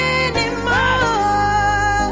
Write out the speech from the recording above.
anymore